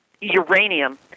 uranium